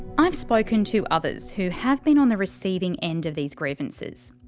i've spoken to others who have been on the receiving end of these grievances.